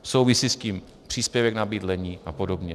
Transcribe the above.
Souvisí s tím příspěvek na bydlení a podobně.